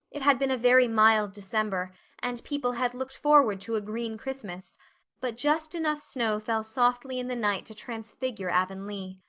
it had been a very mild december and people had looked forward to a green christmas but just enough snow fell softly in the night to transfigure avonlea.